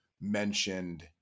mentioned